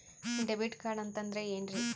Debit card ಅಂತಂದ್ರೆ ಏನ್ರೀ?